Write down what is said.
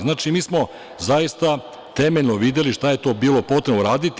Znači, mi smo zaista temeljno videli šta je to bilo potrebno uraditi.